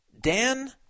Dan